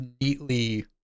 neatly